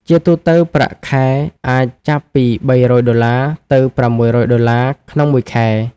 ជាទូទៅ ប្រាក់ខែអាចចាប់ពី $300 ទៅ $600 (USD) ក្នុងមួយខែ។